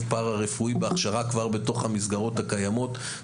פרא רפואי בהכשרה כבר בתוך המסגרות הקיימות,